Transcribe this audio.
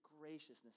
graciousness